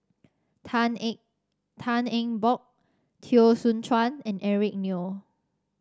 Tan Eng Tan Eng Bock Teo Soon Chuan and Eric Neo